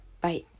Bye